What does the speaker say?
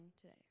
today